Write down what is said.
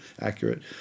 accurate